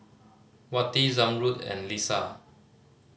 Wati Zamrud and Lisa